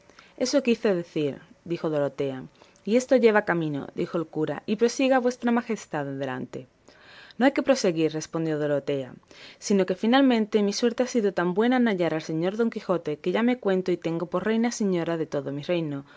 eso quise decir dijo dorotea y esto lleva camino dijo el cura y prosiga vuestra majestad adelante no hay que proseguir respondió dorotea sino que finalmente mi suerte ha sido tan buena en hallar al señor don quijote que ya me cuento y tengo por reina y señora de todo mi reino